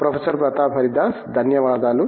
professor Pratap Haridas ధన్యవాదాలు